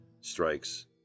strikes